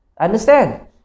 Understand